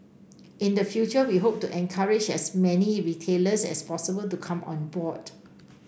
in the future we hope to encourage as many retailers as possible to come on board